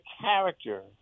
character